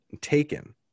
Taken